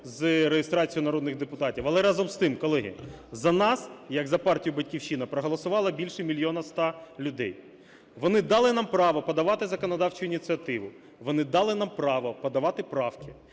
з реєстрацією народних депутатів. Але, разом з тим, колеги, за нас як за партію "Батьківщина" проголосувало більше мільйона ста людей. Вони дали нам право подавати законодавчу ініціативу. Вони дали нам право подавати правки.